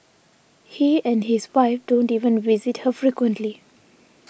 he and his wife don't even visit her frequently